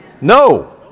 No